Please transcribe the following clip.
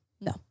No